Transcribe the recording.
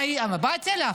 באתי אליו,